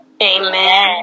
Amen